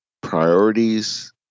priorities